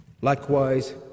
likewise